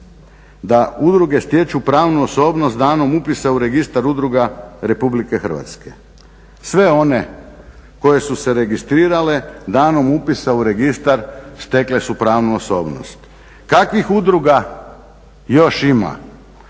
da udruge stječu pravnu osobnost danom upisa u Registar udruga RH. Sve one koje su se registrirale danom upisa u Registar stekle su pravnu osobnost. Kakvih udruga još ima?